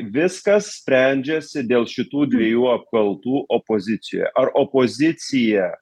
viskas sprendžiasi dėl šitų dviejų apkaltų opozicijoje ar opozicija